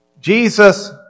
Jesus